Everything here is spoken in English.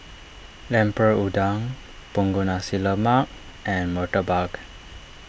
Lemper Udang Punggol Nasi Lemak and Murtabak